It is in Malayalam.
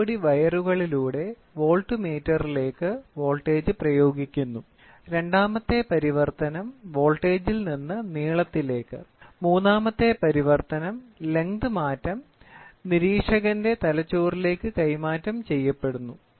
ഒരു ജോഡി വയറുകളിലൂടെ വോൾട്ട്മീറ്ററിലേക്ക് വോൾട്ടേജ് പ്രയോഗിക്കുന്നു രണ്ടാമത്തെ പരിവർത്തനം വോൾട്ടേജിൽ നിന്ന് നീളത്തിലേക്ക് മൂന്നാമത്തെ പരിവർത്തനം ലെങ്ത് മാറ്റം നിരീക്ഷകന്റെ തലച്ചോറിലേക്ക് കൈമാറ്റം ചെയ്യപ്പെടുന്നു